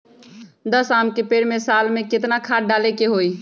दस आम के पेड़ में साल में केतना खाद्य डाले के होई?